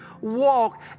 walk